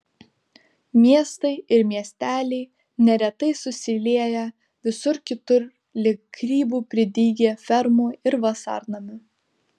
miestai ir miesteliai neretai susilieję visur kitur lyg grybų pridygę fermų ir vasarnamių